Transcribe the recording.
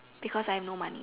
because I have no money